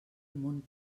món